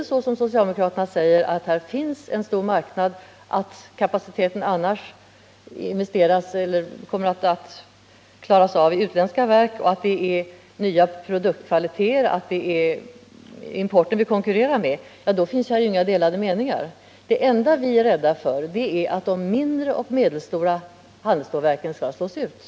Om det, som socialdemokraterna säger, finns en stor marknad på detta område, om motsvarande kapacitet annars kommer att täckas av utländska valsverk, om det gäller nya produktkvaliteter och om det är importen som man konkurrerar med, finns här inga delade meningar. Det enda vi är rädda för är att de mindre och medelstora handelsstålverken plötsligt skall slås ut.